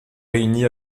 réunie